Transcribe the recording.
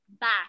back